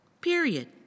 Period